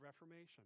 Reformation